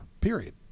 period